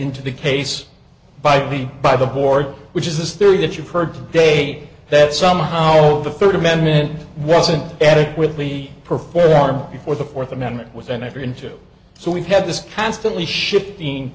into the case by the by the board which is this theory that you've heard today that somehow the third amendment wasn't etic with me perform before the fourth amendment with an effort into so we've had this constantly shifting